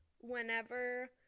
whenever